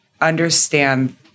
understand